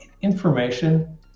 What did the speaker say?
information